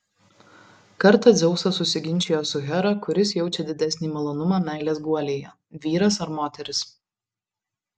kartą dzeusas susiginčijo su hera kuris jaučia didesnį malonumą meilės guolyje vyras ar moteris